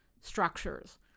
structures